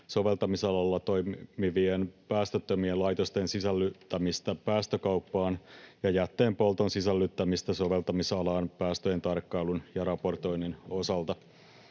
soveltamisalalla toimivien päästöttömien laitosten sisällyttämistä päästökauppaan ja jätteenpolton sisällyttämistä soveltamisalaan päästöjen tarkkailun ja raportoinnin osalta.